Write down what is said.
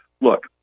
look